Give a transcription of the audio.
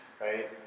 right